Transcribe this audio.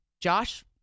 Josh